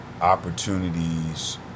opportunities